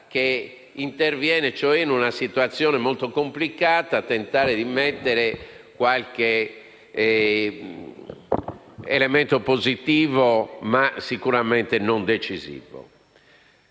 che interviene cioè in una situazione molto complicata tentando di inserire qualche elemento positivo, ma sicuramente non decisivo.